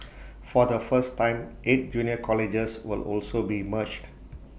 for the first time eight junior colleges will also be merged